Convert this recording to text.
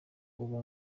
ubu